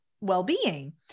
well-being